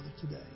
today